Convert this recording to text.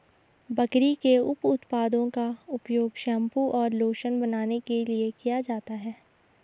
बकरी के उप उत्पादों का उपयोग शैंपू और लोशन बनाने के लिए किया जाता है